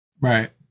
Right